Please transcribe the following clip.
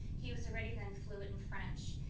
he was already then fluent in french.